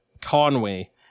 Conway